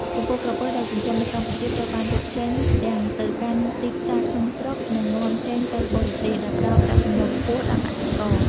ចំពោះក្រពើដែលចិញ្ចឹមនៅកម្ពុជាត្រូវបានលក់ចេញទាំងទៅកាន់ទីផ្សារក្នុងស្រុក និងនាំចេញទៅបរទេស ដែលផ្តល់ប្រាក់ចំណូលខ្ពស់ដល់កសិករ។